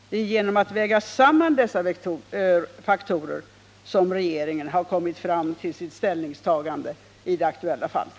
Det är genom att väga samman dessa faktorer som regeringen har kommit fram till sitt ställningstagande i det aktuella fallet.